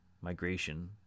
migration